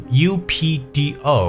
updo